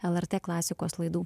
lrt klasikos laidų